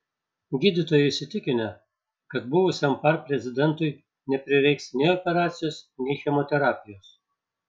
gydytojai įsitikinę kad buvusiam par prezidentui neprireiks nei operacijos nei chemoterapijos